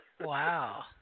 Wow